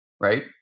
right